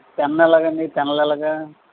pen ఎలా అండి పెన్లు ఎలాగ